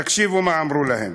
תקשיבו מה אמרו להם: